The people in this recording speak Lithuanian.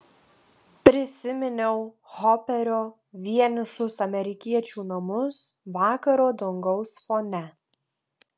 prisiminiau hoperio vienišus amerikiečių namus vakaro dangaus fone